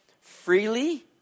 freely